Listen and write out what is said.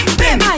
bim